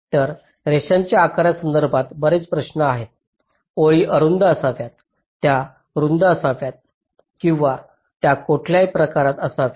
तर रेषांच्या आकारासंदर्भात बरेच प्रश्न आहेत ओळी अरुंद असाव्यात त्या रुंद असाव्यात किंवा त्या कोठल्याही प्रकारातल्या असाव्यात